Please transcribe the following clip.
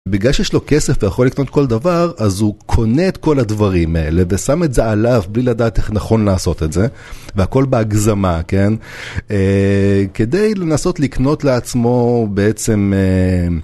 בגלל שיש לו כסף ויכול לקנות כל דבר אז הוא קונה את כל הדברים האלה ושם את זה עליו בלי לדעת איך נכון לעשות את זה והכל בהגזמה כן כדי לנסות לקנות לעצמו בעצם.